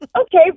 okay